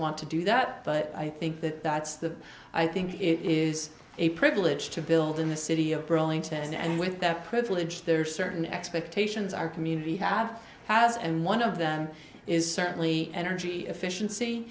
want to do that but i think that that's the i think it is a privilege to build in the city of burlington and with that privilege there are certain expectations our community have has and one of them is certainly energy efficiency